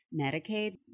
Medicaid